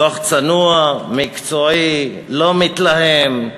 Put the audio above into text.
דוח צנוע, מקצועי, לא מתלהם,